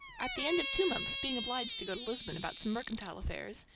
at the end of two months, being obliged to go to lisbon about some mercantile affairs,